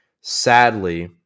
Sadly